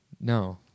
No